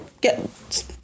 get